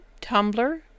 Tumblr